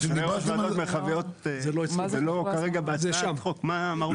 וועדות מרחביות זה לא כרגע בהצעת החוק.